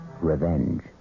revenge